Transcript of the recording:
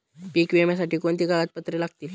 पीक विम्यासाठी कोणती कागदपत्रे लागतील?